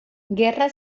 gerra